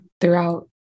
throughout